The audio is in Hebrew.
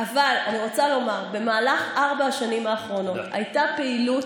אבל אני רוצה לומר שבמהלך ארבע השנים האחרונות הייתה פעילות